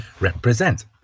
represent